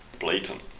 blatant